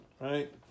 Right